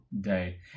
day